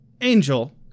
Angel